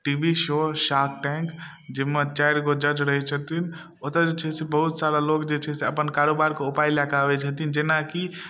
T V show Shark Tank जाहिमे चारि गो जज रहय छथिन ओतय जे छै से बहुत सारा लोग जे छै से अपन कारोबारके उपाय लए कऽ आबय छथिन जेनाकी